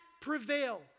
prevail